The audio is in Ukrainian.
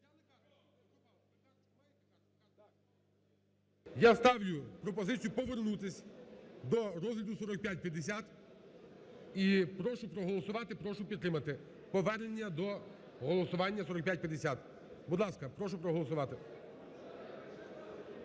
Я ставлю пропозицію повернутись до розгляду 4550 і прошу проголосувати, прошу підтримати повернення до голосування 4550. Будь ласка, прошу проголосувати